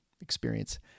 experience